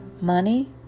Money